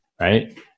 right